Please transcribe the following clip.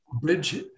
bridge